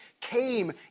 came